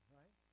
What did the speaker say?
right